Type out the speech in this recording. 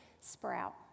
sprout